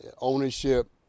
ownership